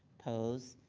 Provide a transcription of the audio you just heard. opposed?